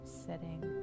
sitting